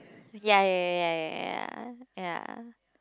ya ya ya ya ya ya